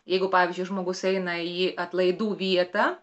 jeigu pavyzdžiui žmogus eina į atlaidų vietą